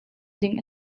ding